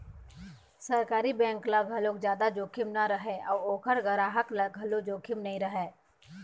सरकारी बेंक ल घलोक जादा जोखिम नइ रहय अउ ओखर गराहक ल घलोक जोखिम नइ रहय